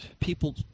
People